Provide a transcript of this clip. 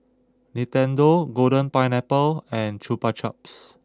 Nintendo Golden Pineapple and Chupa Chups